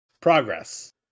progress